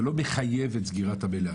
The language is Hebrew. זה לא מחייב את סגירת המליאה.